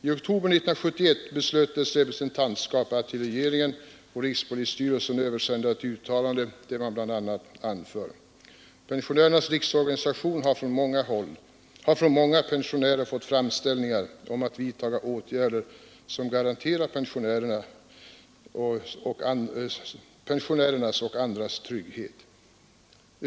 I oktober 1971 beslöt dess representantskap att till regeringen och rikspolisstyrelsen översända ett uttalande, där man bl.a. anför: ”Pensionärernas riksorganisation har från många pensionärer fått framställningar om att vidtaga åtgärder, som garanterar pensionärernas och andras trygghet.